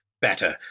better